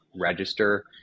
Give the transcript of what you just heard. register